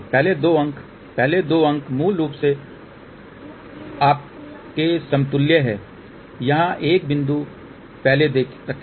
पहले दो अंक पहले दो अंक मूल रूप से आपके समतुल्य हैं यहां एक बिंदु पहले रखें